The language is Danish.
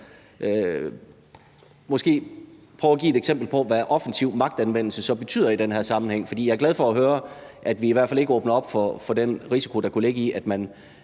måske prøve at give et eksempel på, hvad offensiv magtanvendelse så betyder i den her sammenhæng? Jeg er glad for at høre, at vi i hvert fald ikke åbner op for den risiko, der kunne ligge i det, at man